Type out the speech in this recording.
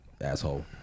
asshole